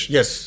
Yes